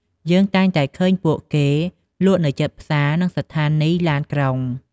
យើងតែងតែឃើញពួកគេលក់នៅជិតផ្សារ និងស្ថានីយ៍ឡានក្រុង។